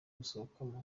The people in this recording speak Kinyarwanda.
gusohokamo